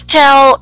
tell